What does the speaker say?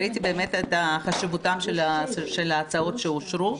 ראיתי באמת את חשיבותם של ההצעות שאושרו.